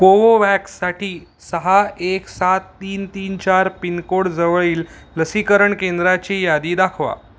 कोवोवॅक्ससाठी सहा एक सात तीन तीन चार पिनकोडजवळील लसीकरण केंद्राची यादी दाखवा